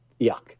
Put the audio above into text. yuck